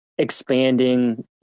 expanding